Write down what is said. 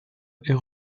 est